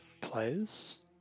players